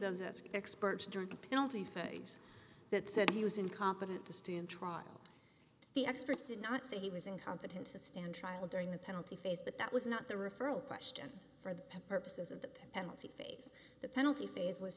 experts during the penalty phase that said he was incompetent to stand trial the experts did not say he was incompetent to stand trial during the penalty phase but that was not the referral question for the purposes of the penalty phase the penalty phase was